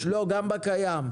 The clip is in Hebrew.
לא, גם בקיים.